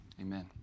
Amen